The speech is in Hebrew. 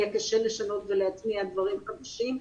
יהיה קשה לשנות ולהטמיע דברים חדשים.